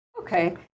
okay